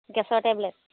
গেছৰ টেবলেট